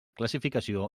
classificació